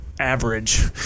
Average